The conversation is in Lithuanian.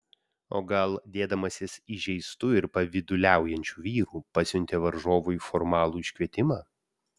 o gal dėdamasis įžeistu ir pavyduliaujančiu vyru pasiuntė varžovui formalų iškvietimą